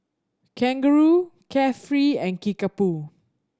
Kangaroo Carefree and Kickapoo